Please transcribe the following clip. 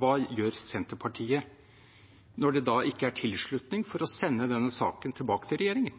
hva Senterpartiet gjør når det da ikke er tilslutning for å sende denne saken tilbake til regjeringen.